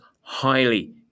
highly